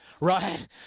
Right